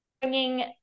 bringing